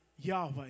Yahweh